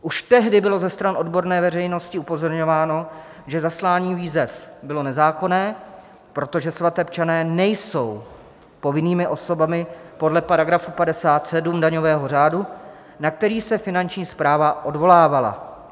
Už tehdy bylo ze stran odborné veřejnosti upozorňováno, že zaslání výzev bylo nezákonné, protože svatebčané nejsou povinnými osobami podle § 57 daňového řádu, na který se Finanční správa odvolávala.